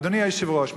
אדוני היושב-ראש,